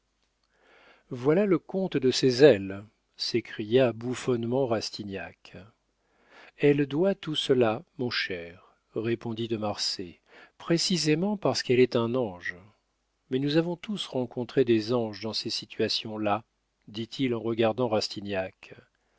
voilà le compte de ses ailes s'écria bouffonnement rastignac elle doit tout cela mon cher répondit de marsay précisément parce qu'elle est un ange mais nous avons tous rencontré des anges dans ces situations là dit-il en regardant